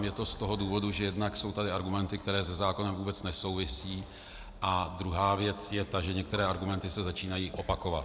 Je to z toho důvodu, že jednak jsou tady argumenty, které se zákonem vůbec nesouvisí, a druhá věc je ta, že některé argumenty se začínají opakovat.